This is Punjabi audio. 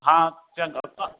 ਹਾਂ ਚੰਗਾ